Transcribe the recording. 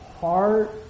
heart